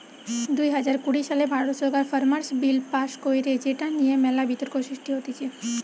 দুই হাজার কুড়ি সালে ভারত সরকার ফার্মার্স বিল পাস্ কইরে যেটা নিয়ে মেলা বিতর্ক সৃষ্টি হতিছে